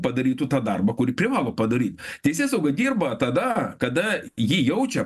padarytų tą darbą kurį privalo padaryt teisėsauga dirba tada kada ji jaučia